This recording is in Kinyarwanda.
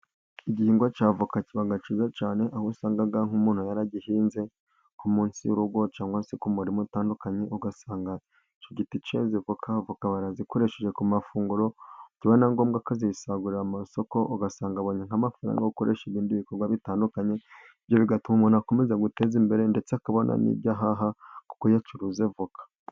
Igihingwa cy'avoka kibaga cyiza cyane, aho usanga nk'umuntu yaragihinze munsi y'urugo cyangwa se ku muririmo utandukanye, ugasanga icyo giti keze avoka, avoka barazikoresheje ku mafunguro ,byaba ngombwa ugasagurira amasoko ugasanga abonye n'amafaranga ugakoresha ibindi bikorwa bitandukanye, ibyo bigatuma umuntu akomeza guteza imbere, ndetse akabona n'ibyo ahaha kuko yacuruza avoka.